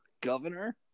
Governor